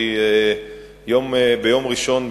כי ביום ראשון,